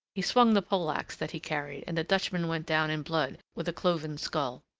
he swung the poleaxe that he carried, and the dutchman went down in blood with a cloven skull.